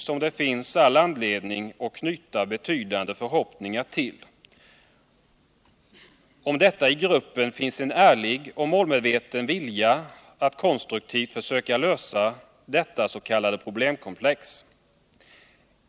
som det finns all anledning att knyta betydande förhoppningar till. om det i gruppen finns en ärlig och målmedveten vilja att konstruktivt försöka lösa detta s.k. problemkomplex.